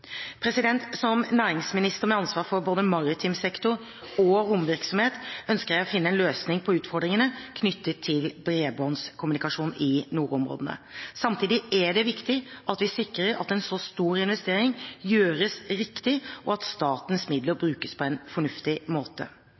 Som næringsminister med ansvar for både maritim sektor og romvirksomhet ønsker jeg å finne en løsning på utfordringene knyttet til bredbåndskommunikasjon i nordområdene. Samtidig er det viktig at vi sikrer at en så stor investering gjøres riktig, og at statens midler brukes på en fornuftig måte.